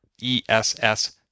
E-S-S